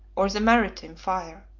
or the maritime, fire.